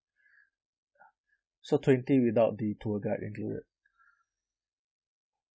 so twenty without the tour guide included